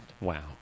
Wow